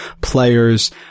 players